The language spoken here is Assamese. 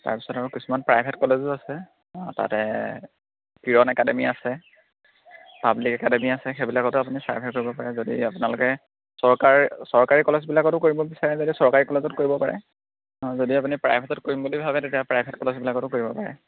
তাৰপিছত আৰু কিছুমান প্ৰাইভেট কলেজো আছে তাতে কিৰণ একাডেমী আছে পাবলিক একাডেমী আছে সেইবিলাকতো আপুনি চাৰ্ভে কৰিব পাৰে যদি আপোনালোকে চৰকাৰ চৰকাৰী কলেজবিলাকতো কৰিব বিচাৰে যদি চৰকাৰী কলেজত কৰিব পাৰে যদি আপুনি প্ৰাইভেটত কৰিম বুলি ভাবে তেতিয়া প্ৰাইভেট কলেজবিলাকতো কৰিব পাৰে